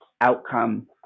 outcome